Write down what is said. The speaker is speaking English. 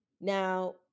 Now